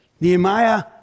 Nehemiah